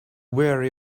wear